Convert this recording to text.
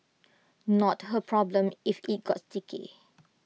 not her problem if IT got sticky